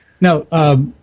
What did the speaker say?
now